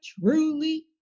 truly